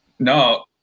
No